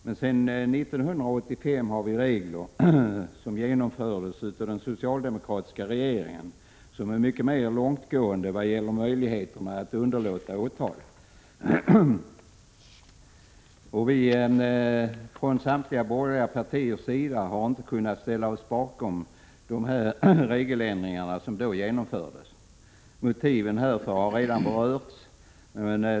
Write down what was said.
Men sedan 1985 har vi regler, genomförda av den socialdemokratiska regeringen, som är mycket långtgående vad gäller möjligheterna att underlåta åtal. De borgerliga partierna har inte kunnat ställa sig bakom de regeländringar som då genomfördes. Motiven härför har redan berörts.